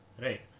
right